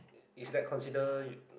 is that consider your